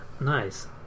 Nice